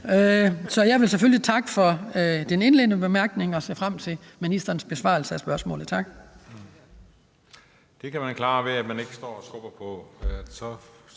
Jeg vil selvfølgelig takke for den indledende bemærkning og ser frem til ministerens besvarelse af spørgsmålet. Tak.